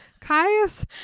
Caius